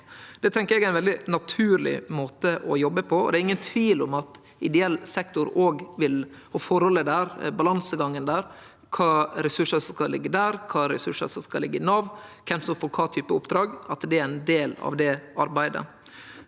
Det tenkjer eg er ein veldig naturleg måte å jobbe på. Det er ingen tvil om at ideell sektor og forholdet og balansegangen der – kva ressursar som skal liggje der, kva ressursar som skal liggje i Nav, kven som får kva type oppdrag – er ein del av det arbeidet.